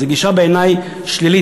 זו בעיני גישה שלילית.